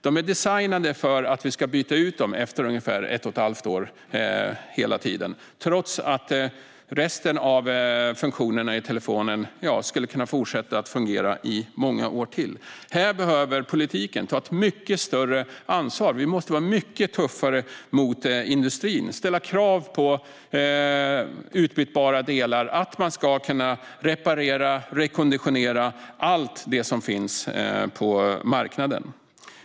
De är designade för att vi ska byta ut dem efter ungefär ett och ett halvt år, trots att resten av funktionerna i telefonen skulle fortsätta att fungera i många år till. Här behöver politiken ta ett mycket större ansvar. Vi måste vara mycket tuffare mot industrin och ställa krav på utbytbara delar och att man ska kunna reparera och rekonditionera allt det som finns på marknaden.